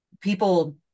people